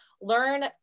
learn